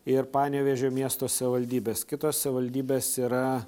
ir panevėžio miesto savivaldybės kitos savivaldybės yra